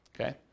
Okay